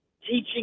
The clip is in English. teaching